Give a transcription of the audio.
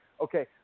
Okay